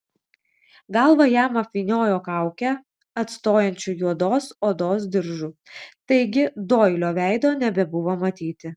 galvą jam apvyniojo kaukę atstojančiu juodos odos diržu taigi doilio veido nebebuvo matyti